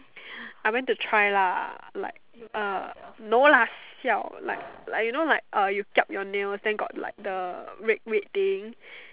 I went to try lah like uh no lah siao like like you know like uh you kiap your nails then got like the red red thing